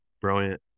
brilliant